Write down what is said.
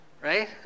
Right